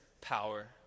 power